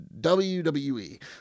WWE